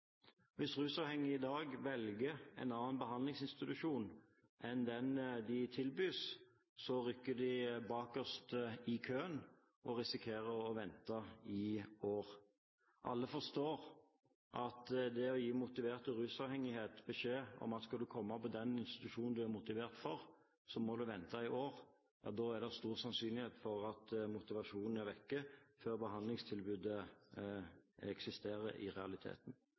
Hvis rusavhengige i dag velger en annen behandlingsinstitusjon enn den de tilbys, rykker de bakerst i køen og risikerer å vente i år. Alle forstår at ved å gi motiverte rusavhengige beskjed om at skal du komme på den institusjonen du er motivert for, må du vente i år, er det stor sannsynlighet for at motivasjonen er vekk før behandlingstilbudet eksisterer, i realiteten.